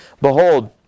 behold